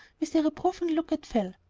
with a reproving look at phil.